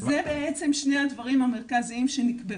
אלו בעצם שני הדברים המרכזיים שנקבעו.